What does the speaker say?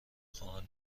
خواهم